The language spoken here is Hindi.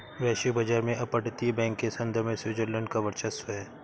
वैश्विक बाजार में अपतटीय बैंक के संदर्भ में स्विट्जरलैंड का वर्चस्व है